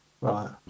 Right